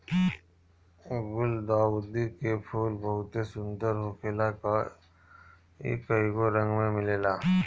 गुलदाउदी के फूल बहुते सुंदर होखेला इ कइगो रंग में मिलेला